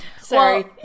Sorry